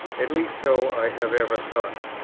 at least so i have ever thought.